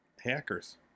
hackers